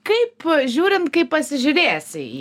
kaip žiūrint kaip pasižiūrėsi į